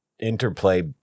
Interplay